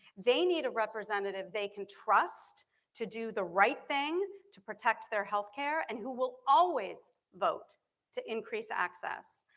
they need a representative they can trust to do the right thing, to protect their health care and who will always vote to increase access.